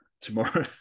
tomorrow